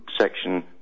section